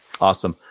Awesome